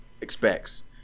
expects